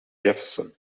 jefferson